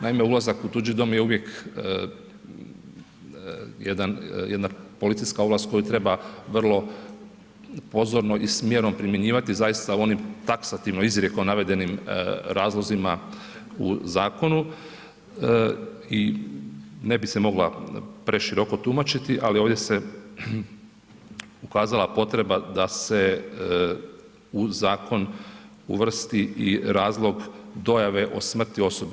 Naime, ulazak u tuđi dom je uvijek jedan, jedna policijska ovlast koju treba vrlo pozorno i s mjerom primjenjivati zaista u onim taksativno izrijekom navedenim razlozima u zakonu i ne bi se mogla preširoko tumačiti, ali ovdje se ukazala potreba da se u zakon uvrsti i razlog dojave o smrti osobe.